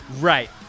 Right